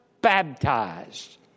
baptized